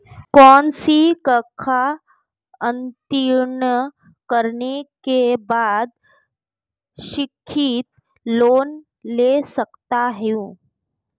कौनसी कक्षा उत्तीर्ण करने के बाद शिक्षित लोंन ले सकता हूं?